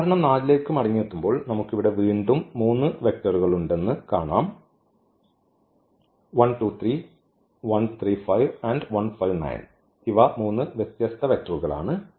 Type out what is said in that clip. ഈ ഉദാഹരണം 4 ലേക്ക് മടങ്ങിയെത്തുമ്പോൾ നമുക്ക് ഇവിടെ വീണ്ടും മൂന്ന് വെക്റ്ററുകളുണ്ടെന്ന് കാണാം ഇവ മൂന്ന് വ്യത്യസ്ത വെക്റ്ററുകളാണ്